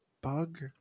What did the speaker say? Bug